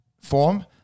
form